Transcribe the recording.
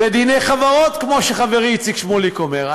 זה דיני חברות, כמו שחברי איציק שמולי אומר.